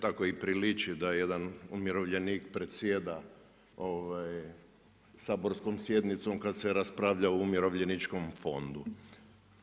Tako i priliči da jedan umirovljenik predsjeda saborskom sjednicom kada se raspravlja o Umirovljeničkom fondu.